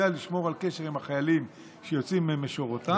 לשמור על קשר עם החיילים שיוצאים משורותיו,